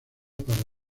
para